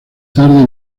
tarde